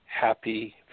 happy